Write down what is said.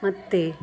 ಮತ್ತು